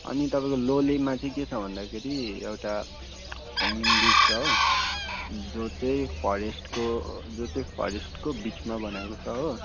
अनि तपाईँको लोलेमा चाहिँ के छ भन्दाखेरि एउटा ह्याङ्गिङ ब्रिज छ हो जो चाहिँ फरेस्टको जो चाहिँ फरेस्टको बिचमा बनाएको छ हो